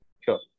sure